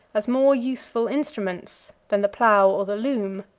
as more useful instruments than the plough or the loom.